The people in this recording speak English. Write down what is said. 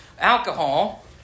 alcohol